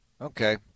Okay